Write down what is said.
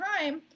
time